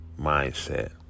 mindset